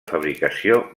fabricació